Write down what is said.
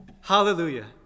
Hallelujah